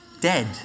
dead